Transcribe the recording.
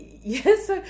yes